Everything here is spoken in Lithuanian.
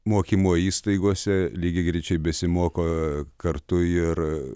mokymo įstaigose lygiagrečiai besimoko kartu ir